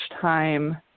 time